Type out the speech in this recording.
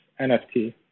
NFT